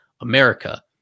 America